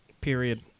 period